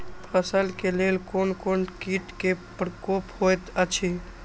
फसल के लेल कोन कोन किट के प्रकोप होयत अछि?